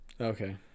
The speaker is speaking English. Okay